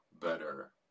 better